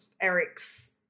Eric's